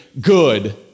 good